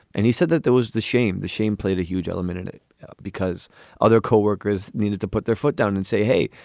and he said that there was the shame. the shame played a huge admitted it because other co-workers needed to put their foot down and say, hey,